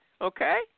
okay